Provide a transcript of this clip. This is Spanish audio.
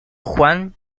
juan